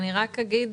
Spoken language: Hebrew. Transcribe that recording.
אגיד